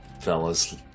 fellas